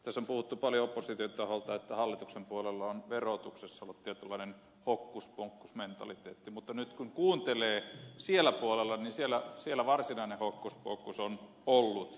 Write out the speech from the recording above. tässä on puhuttu paljon opposition taholta että hallituksen puolella on verotuksessa ollut tietynlainen hokkuspokkusmentaliteetti mutta nyt kun kuuntelee niin siellä puolella varsinainen hokkuspokkus on ollut